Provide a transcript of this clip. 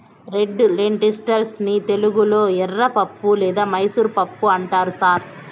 red lentils ని తెలుగులో ఎర్రపప్పు లేదా మైసూర్ పప్పు అంటారు సార్